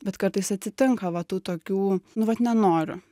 bet kartais atsitinka va tų tokių nu vat nenoriu